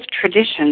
tradition